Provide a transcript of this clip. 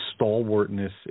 stalwartness